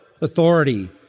authority